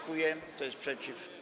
Kto jest przeciw?